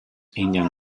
indian